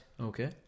Okay